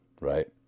right